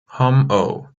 homo